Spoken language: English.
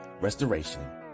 restoration